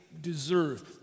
deserve